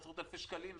עשרות אלפי שקלים,